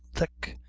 thick,